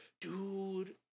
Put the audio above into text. Dude